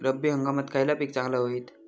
रब्बी हंगामाक खयला पीक चांगला होईत?